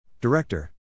Director